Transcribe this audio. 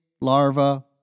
larva